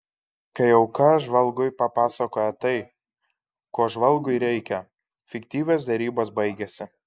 kai auka žvalgui papasakoja tai ko žvalgui reikia fiktyvios derybos baigiasi